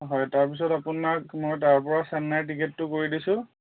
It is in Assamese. হয় তাৰপিছত আপোনাক মই তাৰ পৰা চেন্নাই টিকেটটো কৰি দিছোঁ